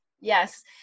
Yes